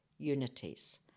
Unities